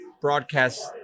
broadcast